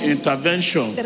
Intervention